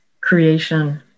creation